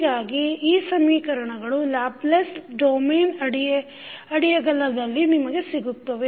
ಹೀಗಾಗಿ ಈ ಸಮೀಕರಣಗಳು ಲ್ಯಾಪ್ಲೇಸ್ ಡೊಮೇನ್ ಅಡಿಯಲಗಲಿ ನಿಮಗೆ ಸಿಗುತ್ತವೆ